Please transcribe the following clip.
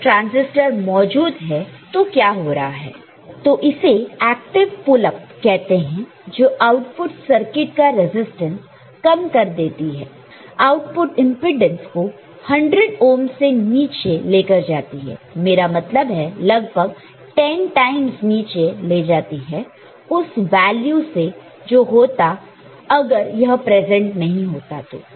अब जब ट्रांजिस्टर मौजूद है तो क्या हो रहा है तो इसे एक्टिव पूल अप कहते हैं जो आउटपुट सर्किट का रेजिस्टेंस कम कर देती है आउटपुट इंपेडेंस को 100 ओहम से नीचे लेकर जाती है मेरा मतलब है लगभग 10 टाइमस नीचे ले जाती है उस वैल्यू से जो होता अगर यह प्रेजेंट नहीं होता तो